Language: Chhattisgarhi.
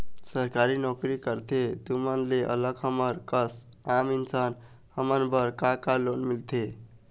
सरकारी नोकरी करथे तुमन ले अलग हमर कस आम इंसान हमन बर का का लोन मिलथे?